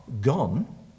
gone